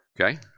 Okay